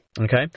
Okay